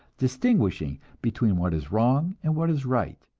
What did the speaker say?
distinguishing between what is wrong and what is right,